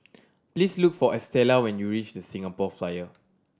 please look for Estella when you reach The Singapore Flyer